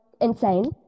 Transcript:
insane